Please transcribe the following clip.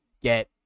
get